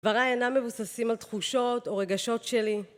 דבריי אינם מבוססים על תחושות או רגשות שלי